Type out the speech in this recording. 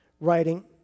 writing